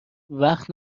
وقت